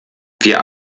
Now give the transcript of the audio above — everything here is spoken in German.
wir